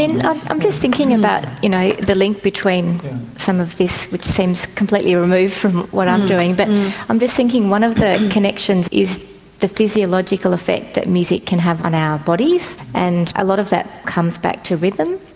and i'm just thinking and about you know the link between some of this, which seems completely removed from what i'm doing, but i'm just thinking, one of the connections is the physiological effect that music can have on our bodies, and a lot of that comes back to rhythm.